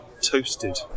toasted